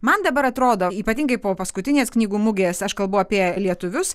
man dabar atrodo ypatingai po paskutinės knygų mugės aš kalbu apie lietuvius